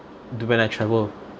do when I travel